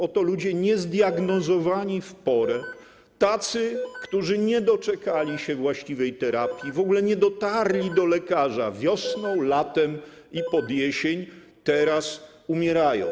Oto ludzie niezdiagnozowani w porę, tacy, którzy nie doczekali się właściwej terapii, w ogóle nie dotarli do lekarza wiosną, latem i jesienią, teraz umierają.